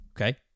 Okay